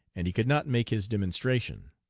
and he could not make his demonstration.